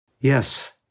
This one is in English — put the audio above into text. Yes